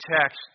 text